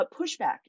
pushback